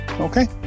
Okay